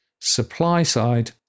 supply-side